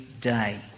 day